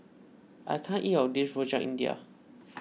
I can't eat all of this Rojak India